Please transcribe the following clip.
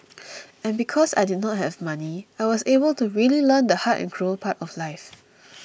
and because I did not have money I was able to really learn the hard and cruel part of life